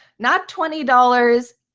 not twenty dollars.